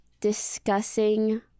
discussing